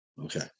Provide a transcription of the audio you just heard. Okay